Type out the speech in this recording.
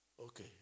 Okay